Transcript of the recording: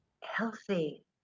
healthy